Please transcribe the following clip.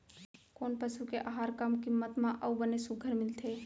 कोन पसु के आहार कम किम्मत म अऊ बने सुघ्घर मिलथे?